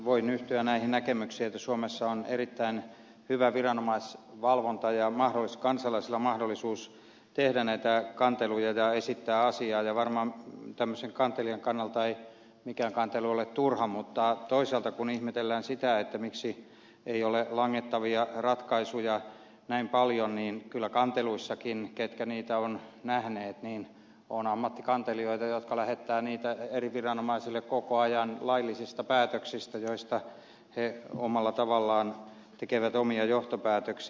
voin yhtyä näihin näkemyksiin että suomessa on erittäin hyvä viranomaisvalvonta ja kansalaisilla mahdollisuus tehdä näitä kanteluita ja esittää asiaa ja varmaan kantelijan kannalta mikään kantelu ei ole turha mutta toisaalta kun ihmetellään sitä miksi ei ole langettavia ratkaisuja näin paljon niin kyllä kanteluissakin ketkä niitä ovat nähneet tietävät on ammattikantelijoita jotka lähettävät niitä eri viranomaisille koko ajan laillisista päätöksistä joista he omalla tavallaan tekevät omia johtopäätöksiä